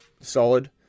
solid